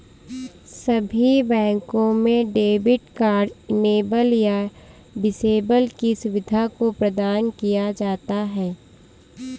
सभी बैंकों में डेबिट कार्ड इनेबल या डिसेबल की सुविधा को प्रदान किया जाता है